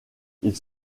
ils